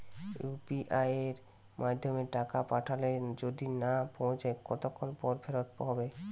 UPI য়ের মাধ্যমে টাকা পাঠালে যদি না পৌছায় কতক্ষন পর ফেরত হবে?